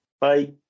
Bye